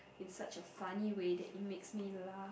in such a funny way that it makes me laugh